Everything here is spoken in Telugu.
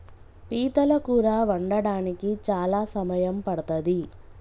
పీతల కూర వండడానికి చాలా సమయం పడ్తది